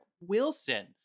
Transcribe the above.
wilson